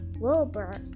Wilbur